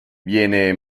viene